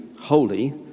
holy